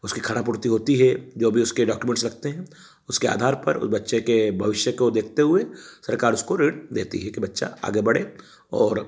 उसकी खानापूर्ति होती है जो भी उसके डॉक्यमेंट्स लगते हैं उसके आधार पर वह बच्चे के भविष्य को देखते हुए सरकार उसको ऋण देती है कि बच्चा आगे बढ़े और